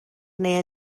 neu